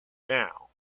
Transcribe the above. now